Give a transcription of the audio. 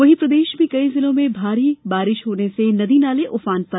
वहीं प्रदेश में कई जिलों में भारी बारिश से नदी नाले उफान पर